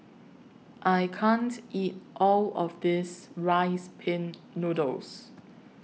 I can't eat All of This Rice Pin Noodles